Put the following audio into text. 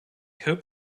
hope